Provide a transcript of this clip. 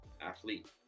athlete